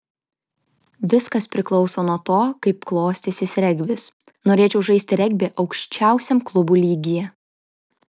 viskas priklauso nuo to kaip klostysis regbis norėčiau žaisti regbį aukščiausiam klubų lygyje